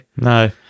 no